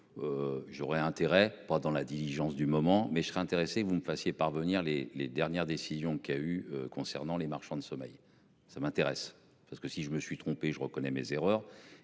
J'aurai intérêt pendant la diligence du moment mais je serais intéressé vous me fassiez parvenir les les dernières décisions qu'il a eu concernant les marchands de sommeil. Ça m'intéresse parce que si je me suis trompé, je reconnais mes erreurs